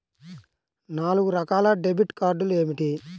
నాలుగు రకాల డెబిట్ కార్డులు ఏమిటి?